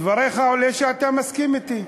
מדבריך עולה שאתה מסכים אתי.